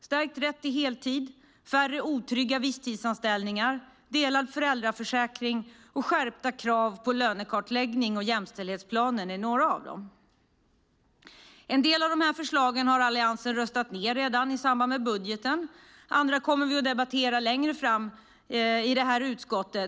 Stärkt rätt till heltid, färre otrygga visstidsanställningar, delad föräldraförsäkring och skärpta krav på lönekartläggning och jämställdhetsplaner är några av dem. En del av dessa förslag har regeringen redan röstat ned i samband med budgeten, och andra kommer vi att debattera längre fram i detta utskott.